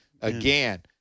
again